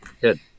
Good